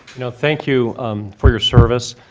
you know thank you for your service.